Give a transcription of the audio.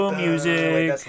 music